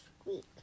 squeak